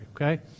okay